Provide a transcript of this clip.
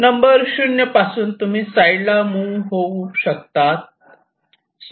number 0 पासून तुम्ही साईडला मुव्ह होऊ शकतात